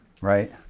right